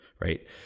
Right